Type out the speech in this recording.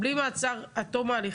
בלי מעצר עד תום ההליכים